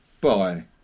Bye